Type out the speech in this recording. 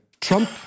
Trump